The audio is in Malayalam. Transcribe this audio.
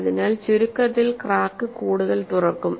അതിനാൽ ചുരുക്കത്തിൽ ക്രാക്ക് കൂടുതൽ തുറക്കും